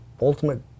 ultimate